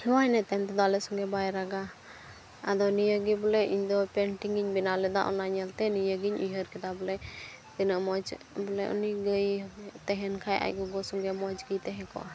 ᱦᱮᱣᱟᱭᱱᱟᱭ ᱛᱟᱭᱚᱢ ᱫᱚ ᱟᱞᱮ ᱥᱚᱸᱜᱮ ᱵᱟᱭ ᱨᱟᱜᱟ ᱟᱫᱚ ᱱᱤᱭᱟᱹ ᱜᱮ ᱵᱚᱞᱮ ᱤᱧᱫᱚ ᱯᱮᱱᱴᱤᱝ ᱤᱧ ᱵᱮᱱᱟᱣ ᱞᱮᱫᱟ ᱚᱱᱟ ᱧᱮᱞ ᱛᱮ ᱱᱤᱭᱟᱹ ᱜᱤᱧ ᱩᱭᱦᱟᱹᱨ ᱠᱮᱫᱟ ᱵᱚᱞᱮ ᱛᱤᱱᱟᱹᱜ ᱢᱚᱡᱽ ᱵᱚᱞᱮ ᱩᱱᱤ ᱜᱟᱹᱭᱮ ᱛᱟᱦᱮᱱ ᱠᱷᱟᱱ ᱟᱡ ᱜᱚᱜᱚ ᱥᱚᱸᱜᱮ ᱢᱚᱡᱽ ᱜᱮᱭ ᱛᱟᱦᱮᱸ ᱠᱚᱜᱼᱟ